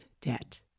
debt